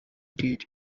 did